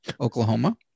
oklahoma